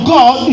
God